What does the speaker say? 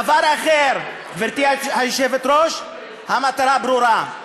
דבר אחר, גברתי היושבת-ראש, המטרה ברורה: